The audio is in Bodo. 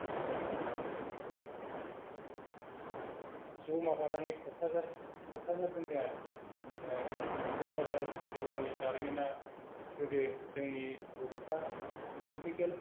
ज' माबानानै क'क्राझार क'क्राझार दोनदों आरो ओमफ्राय क'क्राझार जिल्लानि जारिमिना गोदो जोंनि बर'फ्रा पलिटिकेल